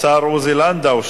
השר עוזי לנדאו,